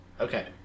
Okay